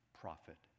prophet